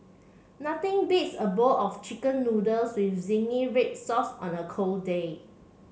nothing beats a bowl of chicken noodles with zingy red sauce on a cold day